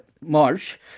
March